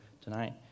tonight